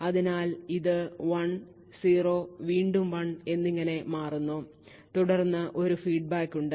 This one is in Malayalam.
അതിനാൽ ഇത് 1 0 വീണ്ടും 1 എന്നിങ്ങനെ മാറുന്നു തുടർന്ന് ഒരു ഫീഡ്ബാക്ക് ഉണ്ട്